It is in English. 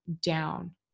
down